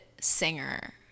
singer